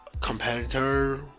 competitor